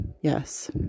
Yes